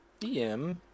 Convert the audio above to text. DM